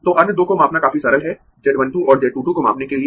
तो अन्य दो को मापना काफी सरल है Z 1 2 और Z 2 2 को मापने के लिए